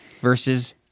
versus